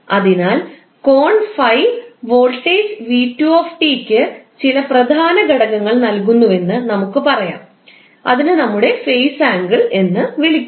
അതിനാൽ കോൺ ∅ വോൾട്ടേജ് 𝑣2𝑡 ക്ക് ചില പ്രധാന ഘടകങ്ങൾ നൽകുന്നുവെന്ന് നമുക്ക് പറയാം അതിനെ നമ്മുടെ ഫേസ് ആംഗിൾ എന്ന് വിളിക്കുന്നു